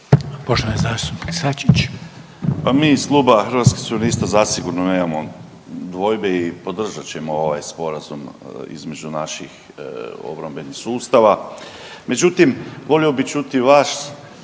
suverenisti)** Pa mi iz Kluba Hrvatskih suverenista zasigurno nemamo dvojbe i podržat ćemo ovaj sporazum između naših obrambenih sustava. Međutim, volio bih čuti vas,